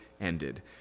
ended